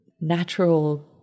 natural